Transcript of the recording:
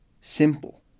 simple